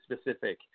specific